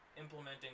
implementing